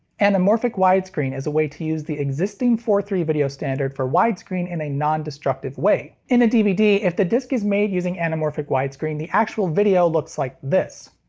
anamorphic widescreen is a way to use the existing four three video standard for widescreen in a non-destructive way. in a dvd, if the disc is made using anamorphic widescreen, the actual video looks like this.